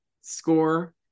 score